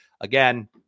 Again